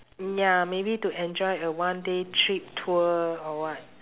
mm ya maybe to enjoy a one day trip tour or what